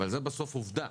אבל זו בסוף עובדה